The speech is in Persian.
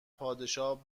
پادشاه